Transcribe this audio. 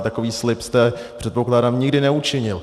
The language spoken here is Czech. Takový slib jste, předpokládám, nikdy neučinil.